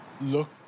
look